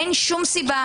אין שום סיבה,